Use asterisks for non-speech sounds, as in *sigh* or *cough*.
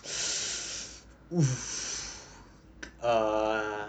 *noise*